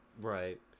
Right